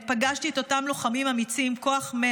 פגשתי את אותם לוחמים אמיצים, כוח 100,